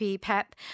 Pep